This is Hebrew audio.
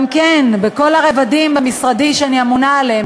גם כן בכל הרבדים במשרדי שאני אמונה עליהם,